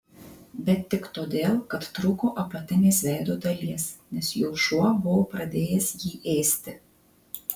bet tik todėl kad trūko apatinės veido dalies nes jo šuo buvo pradėjęs jį ėsti